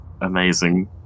Amazing